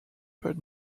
but